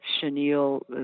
chenille